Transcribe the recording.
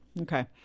Okay